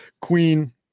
Queen